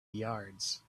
yards